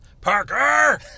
Parker